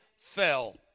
Fell